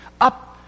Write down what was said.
Up